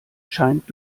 scheint